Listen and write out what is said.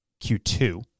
Q2